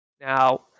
Now